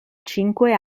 cinque